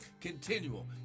continual